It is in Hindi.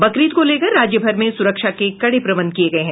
बकरीद को लेकर राज्य भर में सुरक्षा के कड़े प्रबंध किये गये हैं